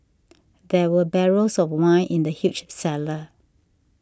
there were barrels of wine in the huge cellar